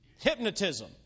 Hypnotism